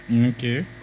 Okay